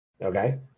Okay